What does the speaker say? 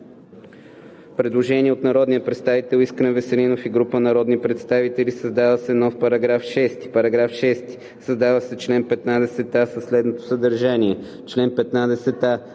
Предложение от народния представител Искрен Веселинов и група народни представители. Създава се нов § 6: „§ 6. Създава се чл. 15а със следното съдържание: „Чл. 15а.